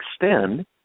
extend